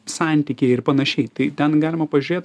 santykiai ir panašiai tai ten galima pažiūrėt